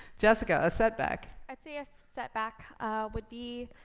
jessica, a setback. i'd say a setback would be,